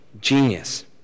genius